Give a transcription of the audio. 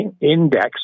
index